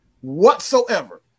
Whatsoever